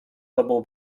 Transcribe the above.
sobą